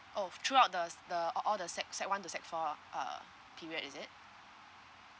oh throughout the the a~ all the sec sec one to sec four uh period is it